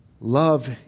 Love